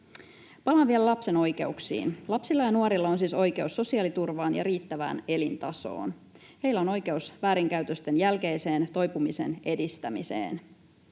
Palaan vielä lapsen oikeuksiin. Lapsilla ja nuorilla on siis oikeus sosiaaliturvaan ja riittävään elintasoon. Heillä on oikeus väärinkäytösten jälkeiseen toipumisen edistämiseen.